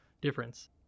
difference